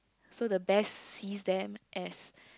so the best hidden as